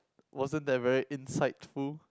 wasn't that very insightful